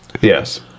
Yes